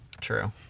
True